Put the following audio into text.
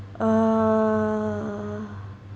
err